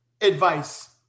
advice